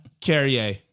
Carrier